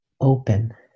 open